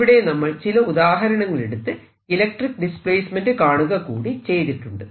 ഇവിടെ നമ്മൾ ചില ഉദാഹരങ്ങൾ എടുത്ത് ഇലക്ട്രിക്ക് ഡിസ്പ്ലേസ്മെന്റ് കാണുക കൂടി ചെയ്തിട്ടുണ്ട്